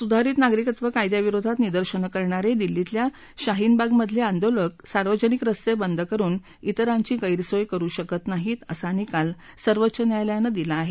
सुधारित नागरिकत्व कायद्याविरोधात निदर्शनं करणारे दिल्लीतल्या शाहीन बागमधले आंदोलक सार्वजनिक रस्ते बंद करून इतरांची गैरसोय करू शकत नाहीत असा निकाल सर्वोच्च न्यायालयानं दिला आहे